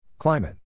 Climate